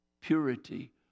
purity